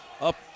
up